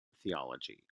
theology